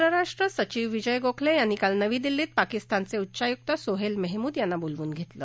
परराष्ट्र सचिव विजय गोखले यांनी काल रात्री नवी दिल्लीत पाकिस्तानचे उच्चायुक्त सोहेल मेहमूद यांना बोलावून घेतलं